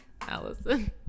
Allison